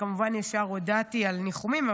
וכמובן ישר הודעתי על ניחומים,